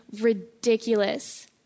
ridiculous